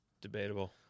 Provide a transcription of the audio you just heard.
Debatable